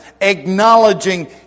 acknowledging